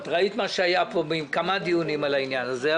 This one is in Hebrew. את ראית מה שהיה פה עם כמה דיונים על העניין הזה,